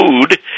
food